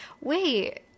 Wait